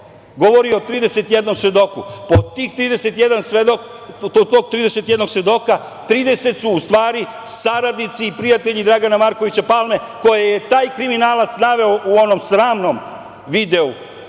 o 31 svedoku. Pa od tog 31 svedoka, 30 su u stvari saradnici i prijatelji Dragana Markovića Palme koje je taj kriminalac naveo u onom sramnom videu